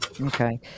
Okay